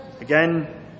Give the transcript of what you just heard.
again